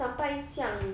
sampai siang